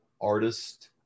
artist